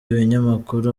ibinyamakuru